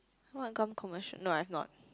what gum commercial no I've not